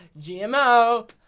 gmo